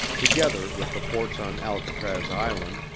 together with the forts on alcatraz island,